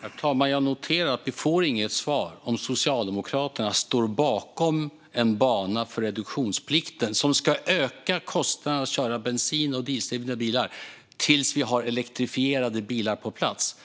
Herr talman! Jag noterar att vi inte får något svar på om Socialdemokraterna står bakom en bana för reduktionsplikten som ökar kostnaderna för att köra bensin och dieseldrivna bilar, tills vi har elektrifierade bilar på plats,